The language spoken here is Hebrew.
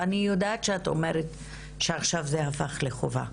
ואני יודעת שאת אומרת שעכשיו זה הפך לחובה,